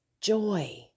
joy